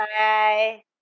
Bye